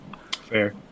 Fair